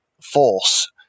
force